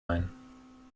ein